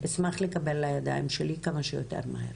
אשמח לקבל לידיים שלי כמה שיותר מהר.